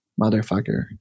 Motherfucker